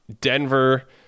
Denver